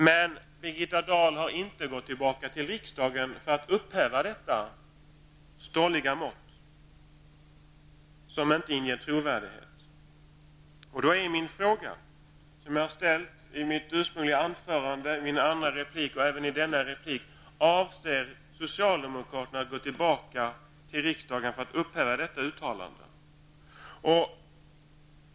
Men Birgitta Dahl har inte gått tillbaka till riksdagen för att upphäva detta stolliga mått som inte inger trovärdighet. Jag ställer samma fråga som jag ställde i mitt första anförande, i min replik och även nu: Avser socialdemokraterna att gå tillbaka till riksdagen för att upphäva detta uttalande?